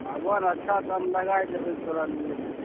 आबहो ने अच्छा दाम लगाइ देबय तोरा लिये जे छै